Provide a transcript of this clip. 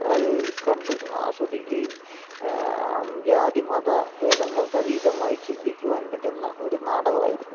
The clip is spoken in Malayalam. അത് കണ്ട് ആസ്വദിക്കുകയും ജാതി മത ഭേദങ്ങള്ക്കതീതമായി ചിന്തിക്കുവാന് പറ്റുന്ന ഒരു നാടകമായിരുന്നു